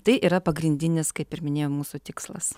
tai yra pagrindinis kaip ir minėjau mūsų tikslas